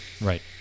Right